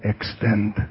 extend